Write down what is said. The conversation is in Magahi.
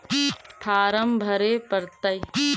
फार्म भरे परतय?